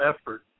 effort